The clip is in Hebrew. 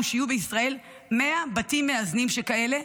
שיהיו בישראל 100 בתים מאזנים שכאלה.